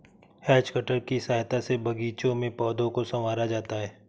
has cutter की सहायता से बागीचों में पौधों को सँवारा जाता है